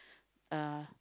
uh